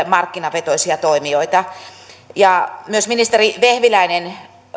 markkinavetoisia toimijoita myös ministeri vehviläinen